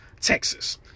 Texas